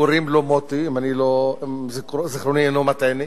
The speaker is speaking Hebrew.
קוראים לו מוטי, אם זיכרוני אינו מטעני.